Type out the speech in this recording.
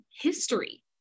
history